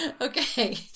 Okay